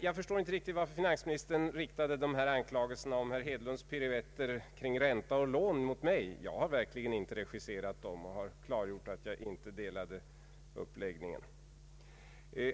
Jag förstår inte varför finansministern riktade anklagelserna om herr Hedlunds piruetter kring ränta och lån mot mig. Jag har verkligen inte regisserat dem, och jag har klargjort att jag inte var ense med honom om uppläggningen.